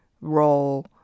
role